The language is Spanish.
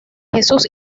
jesús